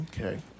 Okay